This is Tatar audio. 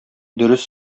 дөрес